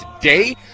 today